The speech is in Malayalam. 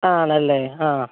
ആണല്ലേ ആ